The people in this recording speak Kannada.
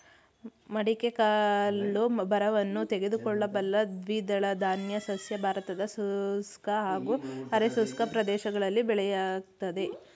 ಮಡಿಕೆ ಕಾಳು ಬರವನ್ನು ತಡೆದುಕೊಳ್ಳಬಲ್ಲ ದ್ವಿದಳಧಾನ್ಯ ಸಸ್ಯ ಭಾರತದ ಶುಷ್ಕ ಹಾಗೂ ಅರೆ ಶುಷ್ಕ ಪ್ರದೇಶಗಳಲ್ಲಿ ಬೆಳೆಯಲಾಗ್ತದೆ